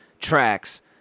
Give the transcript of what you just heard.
tracks